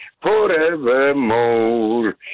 forevermore